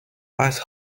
ice